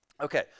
Okay